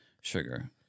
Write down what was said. sugar